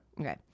Okay